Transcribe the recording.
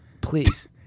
Please